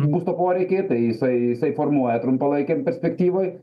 būsto poreikį tai jisai jisai formuoja trumpalaikėj perspektyvoj